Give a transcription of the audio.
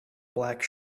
black